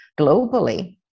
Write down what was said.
globally